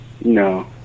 No